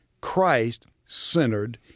Christ-centered